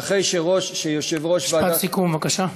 ואחרי, משפט סיכום, בבקשה.